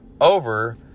over